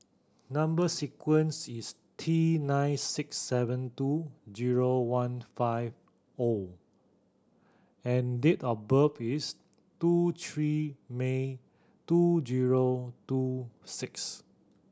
number sequence is T nine six seven two zero one five O and date of birth is two three May two zero two six